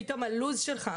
פתאום הלו"ז שלך,